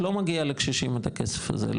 לא מגיע לקשישים את הכסף הזה,